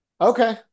Okay